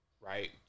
right